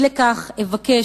אי לכך אבקש,